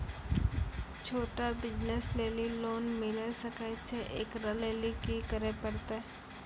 छोटा बिज़नस लेली लोन मिले सकय छै? एकरा लेली की करै परतै